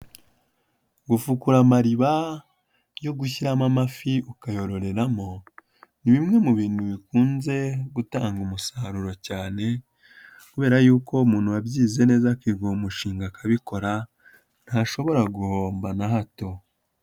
Gufukura amariba yo gushyiramo amafi ukayororeramo ni bimwe mu bintu bikunze gutanga umusaruro cyane kubera yuko umuntu wabyize neza akiga uwo mushinga akabikora ntashobora guhomba na hato.